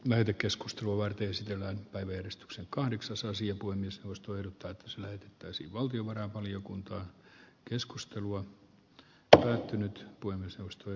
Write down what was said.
näitä keskustelua kesken päivystyksen kahdeksasosia kuin joskus tuijottaa täsmäytettäisiin valtiovarainvaliokunta keskustelua tuotti nyt kuin suostui